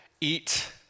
eat